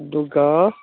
ꯑꯗꯨꯒ